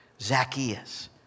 Zacchaeus